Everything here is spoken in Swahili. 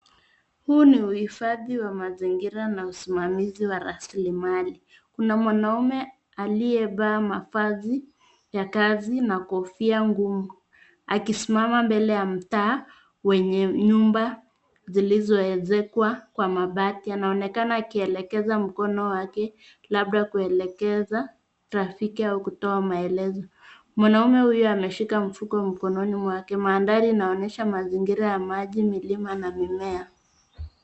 Huu ni uhifadhi wa mazingira na usimamizi wa rasilimali. Kuna mwanaume aliyevaa mavazi ya kazi na kofia ngumu, akisimama mbele ya mtaa wenye nyumba zilizoezekwa kwa mabati. Anaonekana akielekeza mkono wake, labda kuelekeza rafiki au kutoa maelezo. Mandhari inaonyesha mazingira ya maji, milima na mimea.